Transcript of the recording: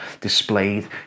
displayed